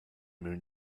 moon